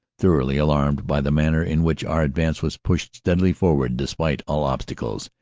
thoroughly alarmed by the manner in which our advance was pushed steadily forward despite all obstacles,